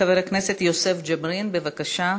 חבר הכנסת יוסף ג'בארין, בבקשה.